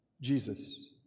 Jesus